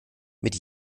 mit